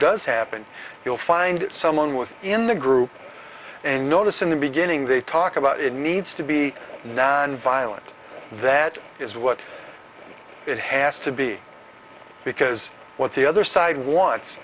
does happen you'll find someone within the group and notice in the beginning they talk about it needs to be nonviolent that is what it has to be because what the other side wants